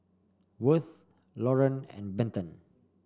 Worth Loran and Benton